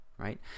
right